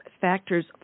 Factors